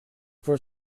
for